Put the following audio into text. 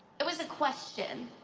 it was a question.